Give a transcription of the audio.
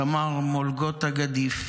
סמ"ר מולוגוטה גדיף,